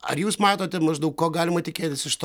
ar jūs matote maždaug ko galima tikėtis iš to